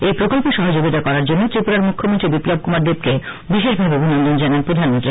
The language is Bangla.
এই প্রকল্পে সহযোগিতা করার জন্য ত্রিপুরার মুখ্যমন্ত্রী বিপ্লব কুমার দেবকে বিশেষভাবে অভিনন্দন জানান প্রধানমন্ত্রী